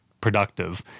productive